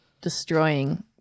destroying